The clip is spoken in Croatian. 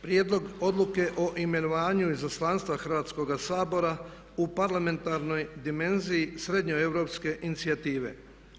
Prijedlog Odluke o imenovanju izaslanstvu Hrvatskoga Sabora u Parlamentarnoj dimenziji Srednjoeuropske inicijative.